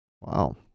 Wow